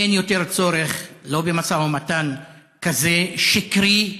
אין יותר צורך במשא ומתן כזה, שקרי,